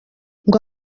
ngo